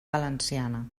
valenciana